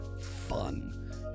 fun